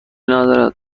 ندارد